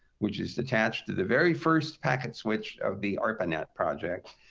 which is attached to the very first packet switch of the arpanet project